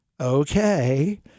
Okay